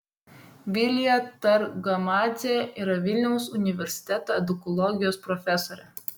vilija targamadzė yra vilniaus universiteto edukologijos profesorė